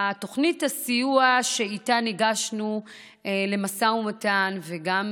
תוכנית הסיוע שאיתה ניגשנו למשא ומתן וגם